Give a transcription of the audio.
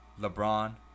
LeBron